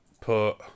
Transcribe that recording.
put